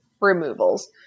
removals